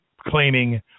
claiming